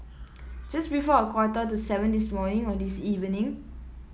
just before a quarter to seven this morning or this evening